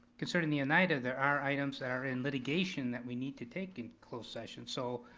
concerning the oneida, there are items that are in litigation that we need to take in closed session, so,